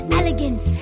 elegance